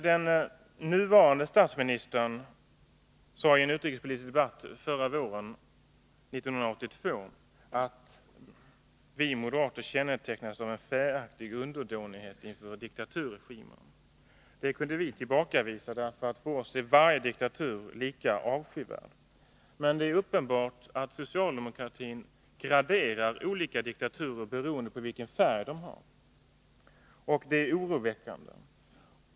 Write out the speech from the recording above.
Den nuvarande statsministern sade i en utrikespolitiskdebatt förra våren, 1982, att vi moderater kännetecknades av en fäaktig underdånighet inför diktaturregimer. Vi tillbakavisade detta, därför att för oss är varje diktatur lika avskyvärd. Men det är uppenbart att socialdemokratin graderar olika diktaturer beroende på vilken färg de har, och det är oroväckande.